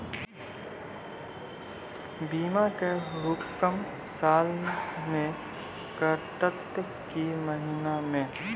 बीमा के रकम साल मे कटत कि महीना मे?